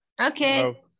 Okay